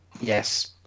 Yes